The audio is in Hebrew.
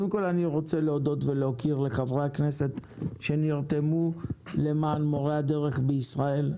אני רוצה להודות ולהוקיר את חברי הכנסת שנרתמו למען מורי הדרך בישראל,